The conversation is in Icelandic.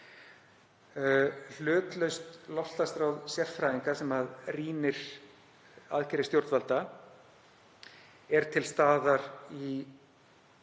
Hlutlaust loftslagsráð sérfræðinga sem rýnir aðgerðir stjórnvalda er til staðar á